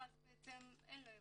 ואז בעצם אין לו איפה.